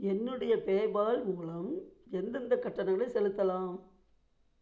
என்னுடைய பேபால் மூலம் எந்தெந்தக் கட்டணங்கள் செலுத்தலாம்